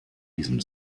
diesem